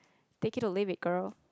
take it or leave it girl